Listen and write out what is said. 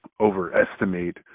overestimate